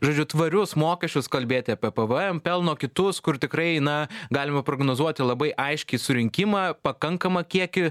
žodžiu tvarius mokesčius kalbėti apie pvjem pelno kitus kur tikrai na galima prognozuoti labai aiškiai surinkimą pakankamą kiekį